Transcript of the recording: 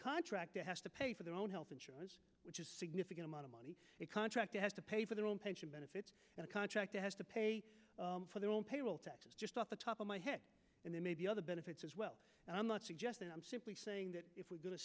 contractor has to pay for their own health insurance which is significant amount of money a contractor has to pay for their own pension benefits a contractor has to pay for their own payroll taxes just off the top of my head and then maybe other benefits as well and i'm not suggesting i'm simply saying that if we're going to